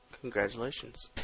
congratulations